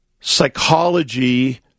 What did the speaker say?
psychology